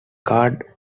card